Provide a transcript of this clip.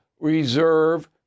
reserve